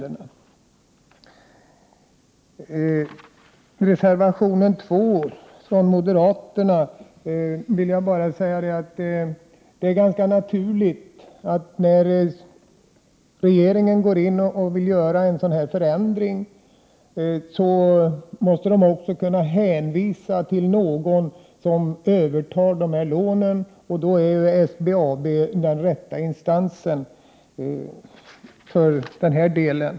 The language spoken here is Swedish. Beträffande reservation 2 av moderaterna vill jag säga följande. Det är ganska naturligt att regeringen när den går in och vill göra en sådan förändring också måste kunna hänvisa till någon som övertar dessa lån, och då är SBAB den rätta instansen i denna del.